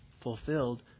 fulfilled